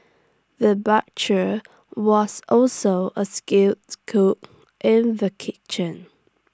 the butcher was also A skilled cook in the kitchen